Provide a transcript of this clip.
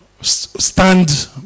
stand